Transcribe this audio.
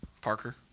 Parker